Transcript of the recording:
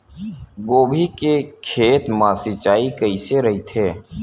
गोभी के खेत मा सिंचाई कइसे रहिथे?